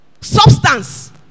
Substance